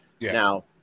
Now